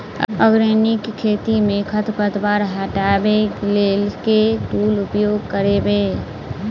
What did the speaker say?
Organic खेती मे खरपतवार हटाबै लेल केँ टूल उपयोग करबै?